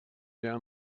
down